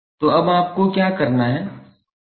तो अब आपको क्या करना है